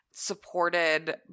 supported